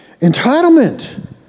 Entitlement